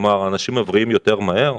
אנשים מבריאים יותר מהר?